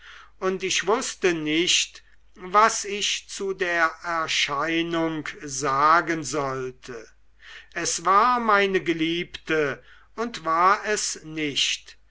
und ich wußte nicht was ich zu der erscheinung sagen sollte es war meine geliebte und war es nicht